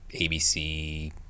ABC